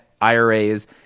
IRAs